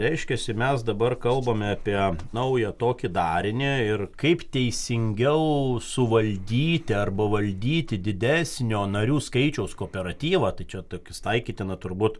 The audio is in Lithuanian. reiškiasi mes dabar kalbame apie naują tokį darinį ir kaip teisingiau suvaldyti arba valdyti didesnio narių skaičiaus kooperatyvą tai čia tokius taikytina turbūt